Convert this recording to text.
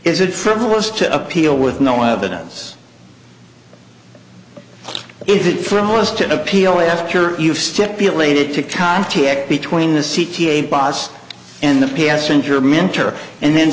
is it frivolous to appeal with no evidence is it from us to appeal after you've stipulated to contact between the c t a boss and the passenger mentor and then